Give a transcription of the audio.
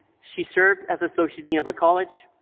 she served as associate dean of the college,